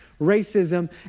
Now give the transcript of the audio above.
racism